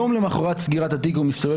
יום למוחרת סגירת התיק הוא מסתובב